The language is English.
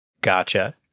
Gotcha